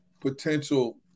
potential